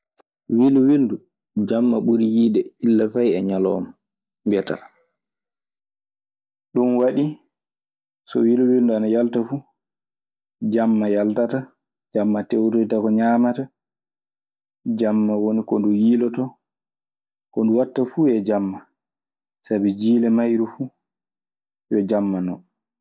Wilwilndu, jamma ɓuri yiide illa fay e ñalawm, mbiyataa. Ɗun waɗi so wilwilndu ana yalta fuu jamma yaltata. Jamma tewtoyta ko ñaamata. Jamma woni ko ndu yiilotoo. Ko ndu waɗta fuu yo jamma sabi jiile mayru fuu yo jamma non.